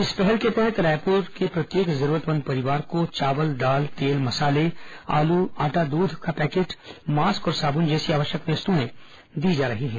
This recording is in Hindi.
इस पहल के तहत रायपुर प्रत्येक जरूरतमंद परिवारों को चावल दाल तेल मसाले आलू आटा दूध का पैकेट मास्क और साबुन जैसी आवश्यक वस्तुएं दी जा रही हैं